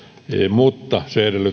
mutta se edellyttää tätä kotouttamista